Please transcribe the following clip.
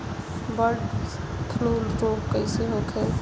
Bird flu रोग कईसे होखे?